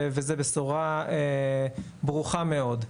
וזו בשורה ברוכה מאוד.